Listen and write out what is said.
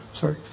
Sorry